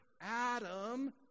Adam